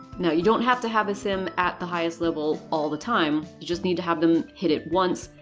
now, you don't have to have a sim at the highest level all the time. you just need to have them hit it once,